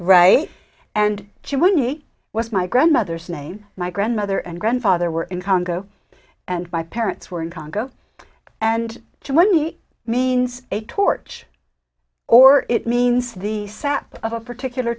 right and she would need was my grandmother's name my grandmother and grandfather were in congo and my parents were in congo and germany means a torch or it means the sap of a particular